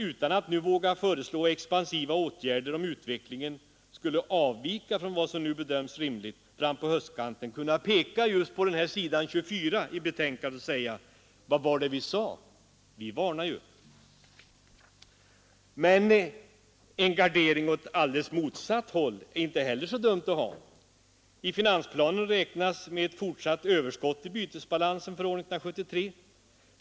Utan att nu våga föreslå expansiva åtgärder vill man, om utvecklingen skulle avvika från vad som nu bedöms rimligt, fram på höstkanten kunna peka på s. 24 i betänkandet och säga: ”Vad var det vi sa, vi varnade ju.” Men en gardering åt alldeles motsatt håll är inte heller så dum att ha. I finansplanen räknas med ett fortsatt överskott i bytesbalansen för år 1973.